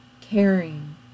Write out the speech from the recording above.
caring